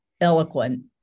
eloquent